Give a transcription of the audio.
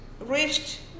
reached